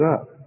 up